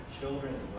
children